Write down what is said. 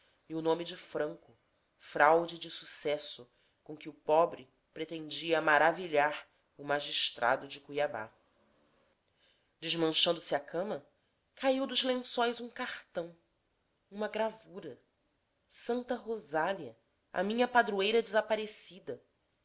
e o nome de franco fraude de sucesso com que o pobre pretendia maravilhar o magistrado de cuiabá desmanchando se a cama caiu dos lençóis um cartão uma gravara santa rosália a minha padroeira desaparecida